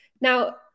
now